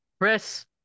Chris